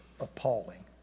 appalling